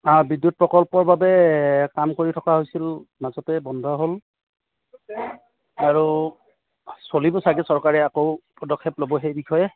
অঁ বিদ্যুৎ প্ৰকল্পৰ বাবে কাম কৰি থকা হৈছিল মাজতে বন্ধ হ'ল আৰু চলিব চাগে চৰকাৰে আকৌ পদক্ষেপ ল'ব সেই বিষয়ে